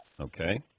Okay